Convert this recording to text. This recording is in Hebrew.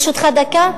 ברשותך, דקה.